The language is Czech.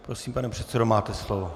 Prosím, pane předsedo, máte slovo.